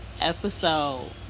episode